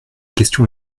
question